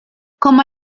como